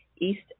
East